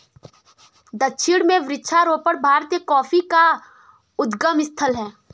दक्षिण में वृक्षारोपण भारतीय कॉफी का उद्गम स्थल है